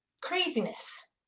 craziness